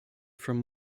from